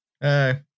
Hey